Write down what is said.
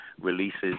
Releases